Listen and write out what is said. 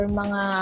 mga